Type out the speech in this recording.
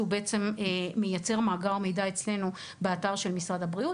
שהוא בעצם מייצר מאגר מידע אצלנו באתר של משרד הבריאות,